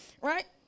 right